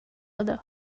other